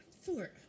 Four